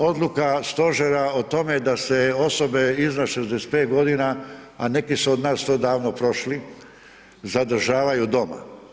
Odluka stožera o tome da se osobe iznad 65.g., a neki su od nas to davno prošli, zadržavaju doma.